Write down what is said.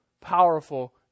powerful